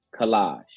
collage